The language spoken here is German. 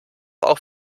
auch